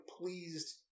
pleased